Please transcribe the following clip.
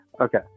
Okay